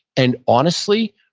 and honestly,